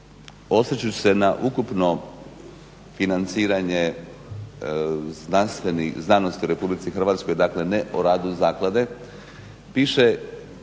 osvrćući se na ukupno financiranje znanosti u RH, dakle ne o radu zaklade piše